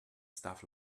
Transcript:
stuff